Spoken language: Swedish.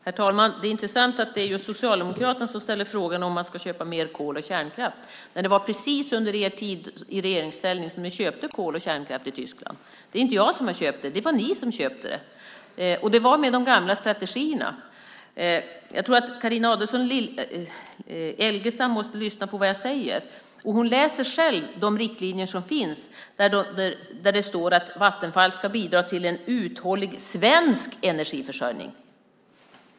Herr talman! Det är intressant att det är just socialdemokrater som ställer frågan om man ska köpa mer kol och kärnkraft. Det var under er tid i regeringsställning som ni köpte kol och kärnkraft i Tyskland. Det är inte jag som har köpt det. Det var ni som köpte det. Och det var med de gamla strategierna. Jag tror att Carina Adolfsson Elgestam måste lyssna på det jag säger. Hon läser själv de riktlinjer som finns, där det står att Vattenfall ska bidra till en uthållig svensk energiförsörjning.